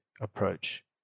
approach